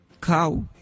cow